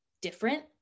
different